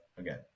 again